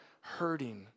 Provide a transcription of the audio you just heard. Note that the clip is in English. hurting